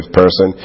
person